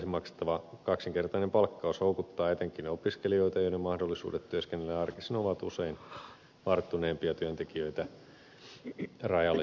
sunnuntaisin maksettava kaksinkertainen palkkaus houkuttaa etenkin opiskelijoita joiden mahdollisuudet työskennellä arkisin ovat usein varttuneempia työntekijöitä rajallisemmat